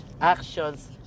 actions